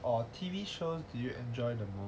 or T_V shows do you enjoy the most